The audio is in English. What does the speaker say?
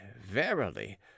verily